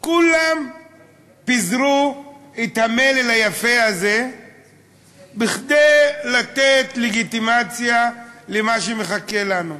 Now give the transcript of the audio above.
כולם פיזרו את המלל היפה הזה כדי לתת לגיטימציה למה שמחכה לנו.